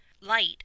light